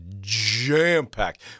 jam-packed